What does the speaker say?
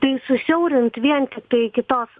tai susiaurint vien tiktai iki tos